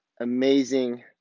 Amazing